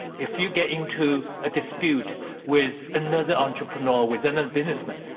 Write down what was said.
if you get into a dispute with another entrepreneur, with another businessman,